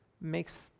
Makes